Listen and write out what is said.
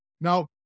Now